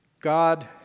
God